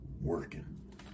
working